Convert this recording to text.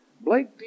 Blake